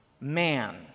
man